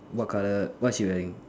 what colour what she wearing